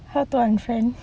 how to unfriend